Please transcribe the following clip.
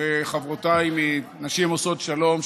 וחברותיי מנשים עושות שלום,